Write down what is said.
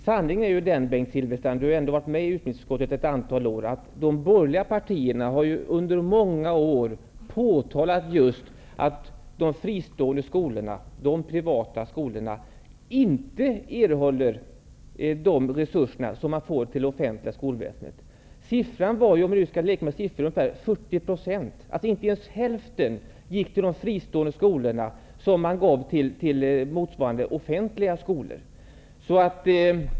Sanningen är den -- och Bengt Silfverstrand har ändå varit med i utbildningsutskottet ett antal år -- att de borgerliga partierna under många år påtalat att de fristående skolorna, de privata skolorna, inte erhållit de resurser som det offentliga skolväsendet får. Om man skall leka med siffror kan man konstatera att de fick 40 %, alltså inte ens hälften i jämförelse med motsvarande offentliga skolor.